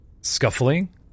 scuffling